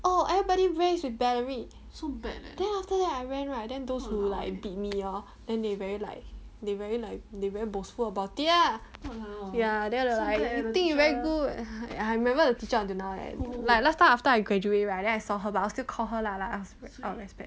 oh everybody race with valerie then after that I ran right then those who like beat me lor then they very like they very like they very boastful about it ah ya ya then think you very good I remember the teacher until now leh like last time after I graduate right then I saw her but I'll still call her lah ask out of respect